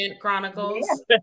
chronicles